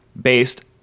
based